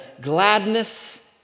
gladness